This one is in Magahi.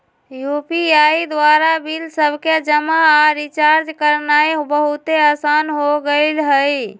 यू.पी.आई द्वारा बिल सभके जमा आऽ रिचार्ज करनाइ बहुते असान हो गेल हइ